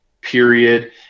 period